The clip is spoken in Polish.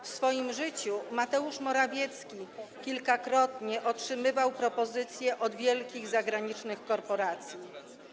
W swoim życiu Mateusz Morawiecki kilkakrotnie otrzymywał propozycję od wielkich zagranicznych korporacji.